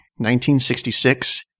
1966